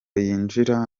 yinjira